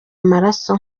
amaraso